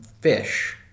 fish